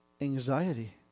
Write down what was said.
anxiety